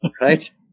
Right